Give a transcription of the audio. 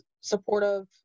supportive